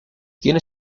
tiene